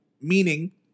Meaning